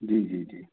जी जी जी